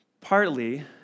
Partly